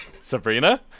Sabrina